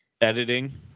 Editing